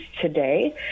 today